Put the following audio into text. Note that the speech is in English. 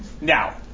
Now